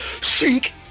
sink